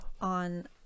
on